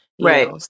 right